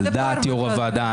על דעת יושב-ראש הוועדה.